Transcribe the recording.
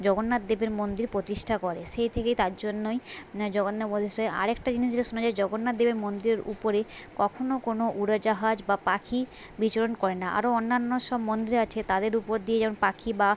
জগন্নাথ দেবের মন্দির প্রতিষ্ঠা করে সেই থেকে তার জন্যই জগন্না পোতিস্ত আরেকটা জিনিস যেটা শোনা যায় জগন্নাথ দেবের মন্দিরের উপরে কখনো কোনো উড়োজাহাজ বা পাখি বিচরণ করে না আরো অন্যান্য সব মন্দির আছে তাদের উপর দিয়ে যেমন পাখি বা